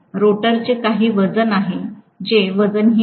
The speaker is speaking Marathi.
रोटरचे काही वजन आहे ते वजनहीन नाही